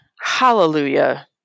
Hallelujah